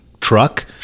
truck